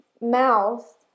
mouth